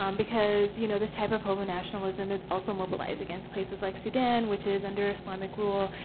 um because you know this type of homo-nationalism is also mobilized against places like sudan, which is under islamic rule.